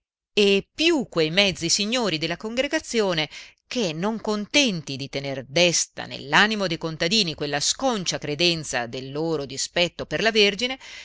e più quei mezzi signori della congregazione che non contenti di tener desta nell'animo dei contadini quella sconcia credenza del loro dispetto per la vergine